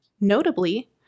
Notably